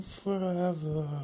forever